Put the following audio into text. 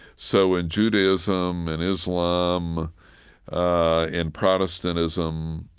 so in judaism and islam and protestantism,